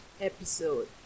episode